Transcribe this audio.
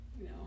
no